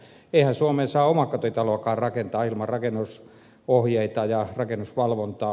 eihän suomeen saa omakotitaloakaan rakentaa ilman rakennusohjeita ja rakennusvalvontaa